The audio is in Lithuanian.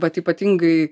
vat ypatingai